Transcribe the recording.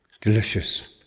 delicious